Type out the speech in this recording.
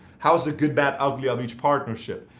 how's the good, bad, ugly of each partnership?